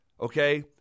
okay